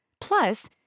Plus